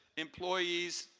employees,